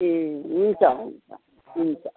ए हुन्छ हुन्छ हुन्छ